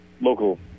local